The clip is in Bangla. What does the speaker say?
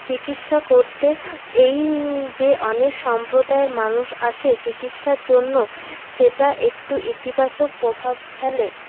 চিকিৎসা করতে এই যে অনেক সম্প্রদায়ের মানুষ আসে চিকিৎসার জন্য সেটা একটু ইতিবাচক প্রভাব ফেলে